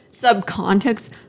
subcontext